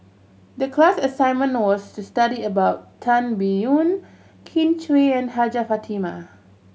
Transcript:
the class assignment was to study about Tan Biyun Kin Chui and Hajjah Fatimah